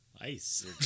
Ice